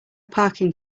parking